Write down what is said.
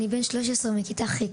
אני א', אני בן 13, בכיתה ח'